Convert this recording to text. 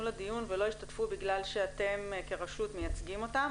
לדיון ולא השתתפו בגלל שאתם כרשות מייצגים אותם,